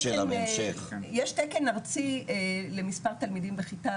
יש תקן ארצי למספר תלמידים בכיתה,